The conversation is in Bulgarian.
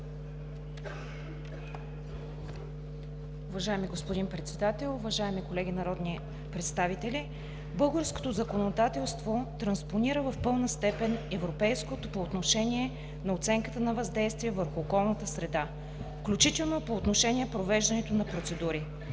Уважаеми господин Председател, уважаеми колеги народни представители! Българското законодателство транспонира в пълна степен европейското по отношение на оценката на въздействието върху околната среда, включително по отношение провеждането на процедури.